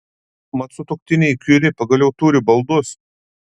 mat sutuoktiniai kiuri pagaliau turi baldus